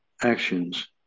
actions